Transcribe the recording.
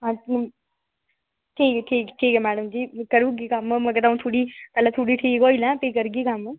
आपूं ठीक ठीक ठीक मैडम अंऊ करी ओड़गी कम्म पर थोह्ड़ी ठीक होई जां भी करी ओड़गी कम्म